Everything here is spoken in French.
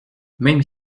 même